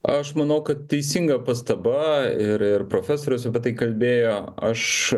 aš manau kad teisinga pastaba ir ir profesorius apie tai kalbėjo aš